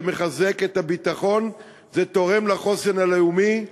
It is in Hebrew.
זה מחזק את הביטחון, זה תורם לחוסן הלאומי.